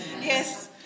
Yes